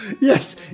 yes